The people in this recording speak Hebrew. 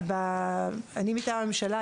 אני מטעם הממשלה,